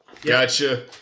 gotcha